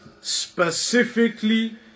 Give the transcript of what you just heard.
specifically